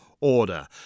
order